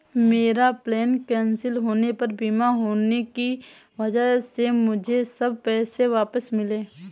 मेरा plane cancel होने पर बीमा होने की वजह से मुझे सब पैसे वापस मिले